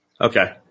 Okay